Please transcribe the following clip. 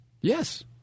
Yes